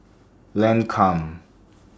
Lancome